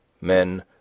Men